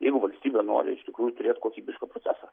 jeigu valstybė nori iš tikrųjų turėt kokybišką procesą